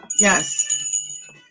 yes